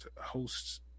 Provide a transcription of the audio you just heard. hosts